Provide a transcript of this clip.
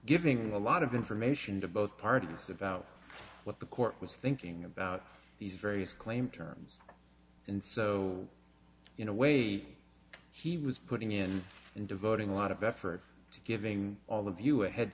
giving a lot of information to both parties the what the court was thinking about these various claim terms and so in a way he was putting in and devoting a lot of effort to giving all of you a head